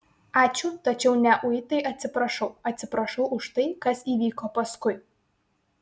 ačiū tačiau ne uitai atsiprašau atsiprašau už tai kas įvyko paskui